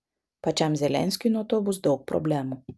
pačiam zelenskiui nuo to bus daug problemų